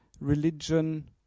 religion